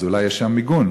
אז אולי יש שם מיגון.